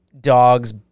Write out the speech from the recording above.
dogs